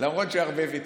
למרות שהרבה ויתרו.